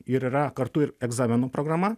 ir yra kartu ir egzaminų programa